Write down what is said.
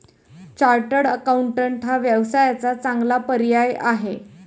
chartered accountant हा व्यवसायाचा चांगला पर्याय आहे